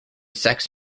sex